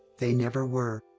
they never were.